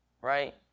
right